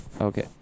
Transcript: Okay